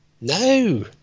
No